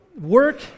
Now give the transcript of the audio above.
work